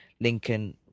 Lincoln